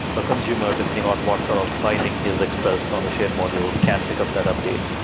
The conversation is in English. a consumer, depending on what sort of binding he has expressed on the shared module, can pick up that update.